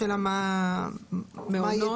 (ובכלל זה כל מקום שמחויב להחזיק שירותי מרפאה ראשונית).